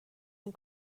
این